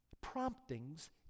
promptings